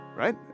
Right